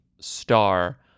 star